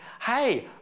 hey